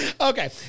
Okay